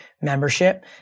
membership